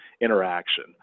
interaction